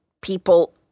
people